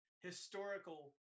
historical